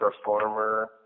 performer